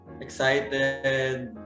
excited